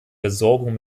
versorgung